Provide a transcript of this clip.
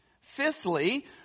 Fifthly